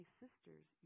sisters